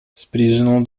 sprijinul